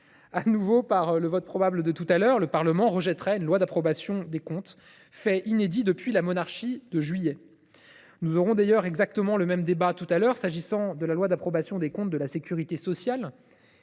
De nouveau, par le vote qui aura probablement lieu tout à l’heure, le Parlement rejettera une loi d’approbation des comptes, fait inédit depuis la monarchie de Juillet. Nous aurons d’ailleurs exactement le même débat tout à l’heure s’agissant de la loi d’approbation des comptes de la sécurité sociale,